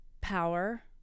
power